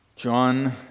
John